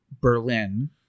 Berlin